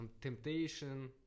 temptation